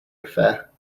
affair